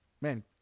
man